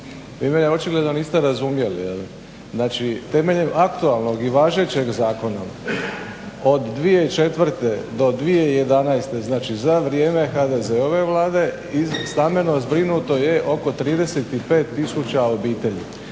Vi mene očigledno niste razumjeli, znači temeljem aktualnog i važećeg zakona od 2004. do 2011. znači za vrijeme HDZ-ove Vlade stambeno zbrinuto je oko 35 tisuća obitelji